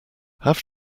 have